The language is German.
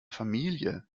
familie